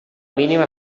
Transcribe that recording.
mínima